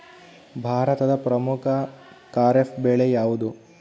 ಭಾರತದ ಪ್ರಮುಖ ಖಾರೇಫ್ ಬೆಳೆ ಯಾವುದು?